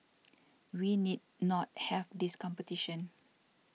we need not have this competition